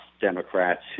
Democrats